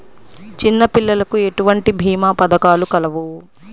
చిన్నపిల్లలకు ఎటువంటి భీమా పథకాలు కలవు?